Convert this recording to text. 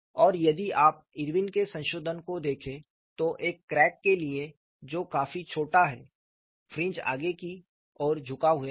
और यदि आप इरविन के संशोधन को देखें तो एक क्रैक के लिए जो काफी छोटा है फ्रिंज आगे की ओर झुके हुए हैं